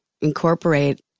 incorporate